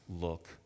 look